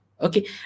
Okay